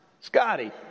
Scotty